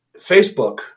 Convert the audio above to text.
Facebook